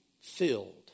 filled